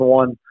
one